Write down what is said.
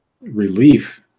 relief